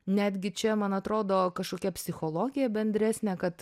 netgi čia man atrodo kažkokia psichologija bendresnė kad